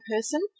person